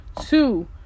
Two